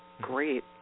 Great